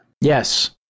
Yes